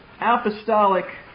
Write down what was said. apostolic